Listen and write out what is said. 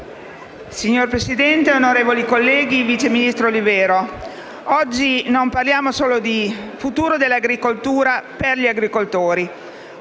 Signor Presidente, onorevoli colleghi, vice ministro Olivero, oggi non parliamo solo di futuro dell'agricoltura per gli agricoltori: